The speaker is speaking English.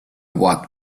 walked